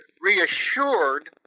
reassured